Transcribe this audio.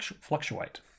fluctuate